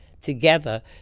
together